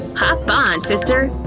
hop on, sister!